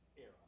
era